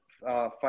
fight